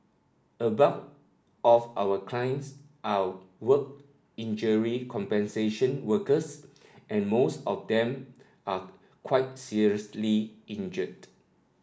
a bulk of our clients are work injury compensation workers and most of them are quite seriously injured